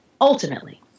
ultimately